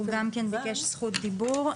הוא גם ביקש זכות דיבור.